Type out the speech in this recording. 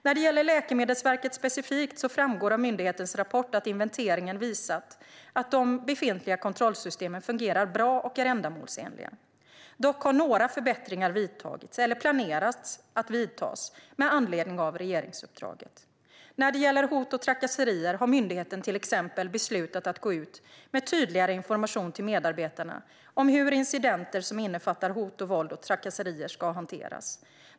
När det gäller Läkemedelsverket specifikt framgår av myndighetens rapport att inventeringen visat att de befintliga kontrollsystemen fungerar bra och är ändamålsenliga. Dock har några förbättringar vidtagits, eller planeras att vidtas, med anledning av regeringsuppdraget. När det gäller hot och trakasserier har myndigheten till exempel beslutat att gå ut med tydligare information till medarbetarna om hur incidenter som innefattar hot, våld och trakasserier ska hanteras.